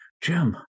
Jim